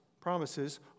promises